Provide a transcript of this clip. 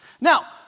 Now